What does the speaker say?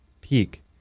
peak